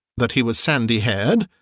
that he was sandy-haired,